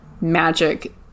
magic